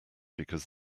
because